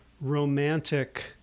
romantic –